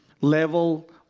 level